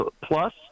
plus